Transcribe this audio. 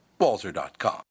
walzer.com